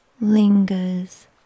lingers